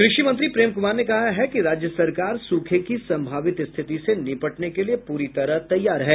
कृषि मंत्री प्रेम कुमार ने कहा है कि राज्य सरकार सूखे की संभावित स्थिति से निबटने के लिए पूरी तरह तैयार है